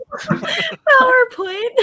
PowerPoint